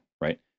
Right